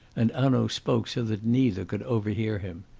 and hanaud spoke so that neither could overhear him.